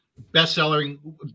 best-selling